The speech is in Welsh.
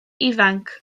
ifanc